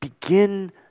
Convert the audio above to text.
begin